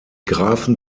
grafen